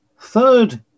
third